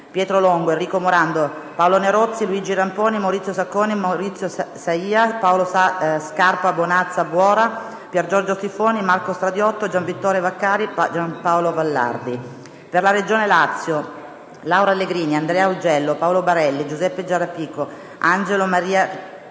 Pietro Longo, Enrico Morando, Paolo Nerozzi, Luigi Ramponi, Maurizio Sacconi, Maurizio Saia, Paolo Scarpa Bonazza Buora, Piergiorgio Stiffoni, Marco Stradiotto, Gianvittore Vaccari, Gianpaolo Vallardi; per la Regione Lazio: Laura Allegrini, Andrea Augello, Paolo Barelli, Giuseppe Ciarrapico, Angelo Maria